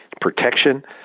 protection